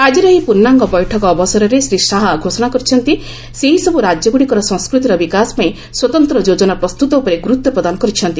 ଆଜିର ଏହି ପ୍ରର୍ଷାଙ୍ଗ ବୈଠକ ଅବସରରେ ଶ୍ରୀ ଶାହା ଘୋଷଣା କରିଛନ୍ତି ସେହିସବୁ ରାଜ୍ୟଗୁଡ଼ିକର ସଂସ୍କୃତିର ବିକାଶ ପାଇଁ ସ୍ୱତନ୍ତ୍ର ଯୋଜନା ପ୍ରସ୍ତୁତ ଉପରେ ଗୁରୁତ୍ୱ ପ୍ରଦାନ କରିଛନ୍ତି